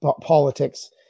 politics